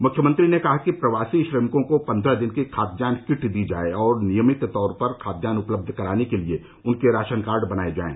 मुख्यमंत्री ने कहा कि प्रवासी श्रमिकों को पंद्रह दिन की खाद्यान्न किट दी जाए और नियमित तौर पर खाद्यान्न उपलब्ध कराने के लिए उनके राशन कार्ड बनाए जाएं